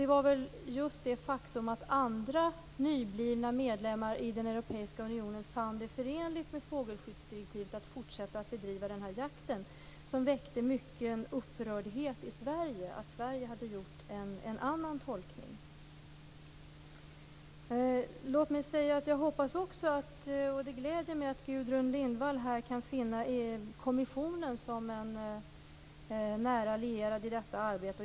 Det var väl just det faktum att andra nyblivna medlemmar i den europeiska unionen fann det förenligt med fågelskyddsdirektivet att fortsätta att bedriva den här jakten som väckte mycket upprördhet i Sverige, att Sverige hade gjort en annan tolkning. Låt mig säga att det gläder mig att Gudrun Lindvall kan finna kommissionen som en nära lierad i detta arbete.